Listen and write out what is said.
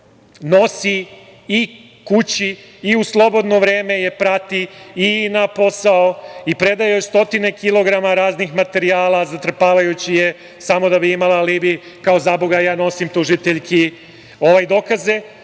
nosi i kući i u slobodno vreme je prati i na posao i predaje joj stotine kilograma raznih materijala, zatrpavajući je, samo da bi imala alibi, kao, zaboga, ja nosim tužiteljki dokaze,